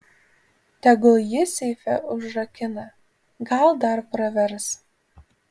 tegul jį seife užrakina gal dar pravers